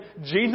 Jesus